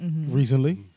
recently